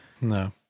No